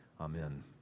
Amen